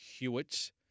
Hewitts